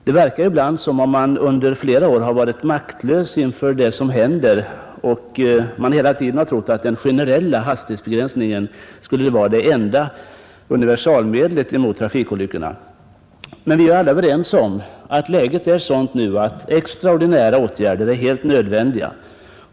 Det verkar ibland som om man under flera år har varit maktlös inför det som händer och att man hela tiden har trott att den generella hastighetsbegränsningen skulle vara universalmedlet mot trafikolyckorna. Men vi är alla överens om att läget är sådant nu att extraordinära åtgärder är helt nödvändiga.